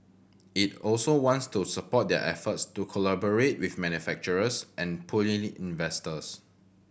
it also wants to support their efforts to collaborate with manufacturers and pulling in investors